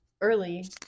early